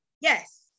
yes